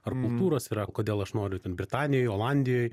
ar kultūros yra kodėl aš noriu ten britanijoj olandijoj